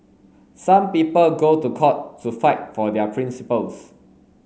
some people go to court to fight for their principles